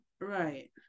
right